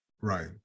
Right